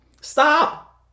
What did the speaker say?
Stop